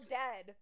dead